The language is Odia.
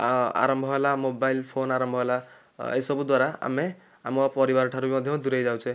ଆରମ୍ଭ ହେଲା ମୋବାଇଲ୍ ଫୋନ୍ ଆରମ୍ଭ ହେଲା ଏସବୁ ଦ୍ଵାରା ଆମେ ଆମ ପରିବାର ଠାରୁ ବି ମଧ୍ୟ ଦୁରାଇ ଯାଉଛେ